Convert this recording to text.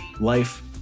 life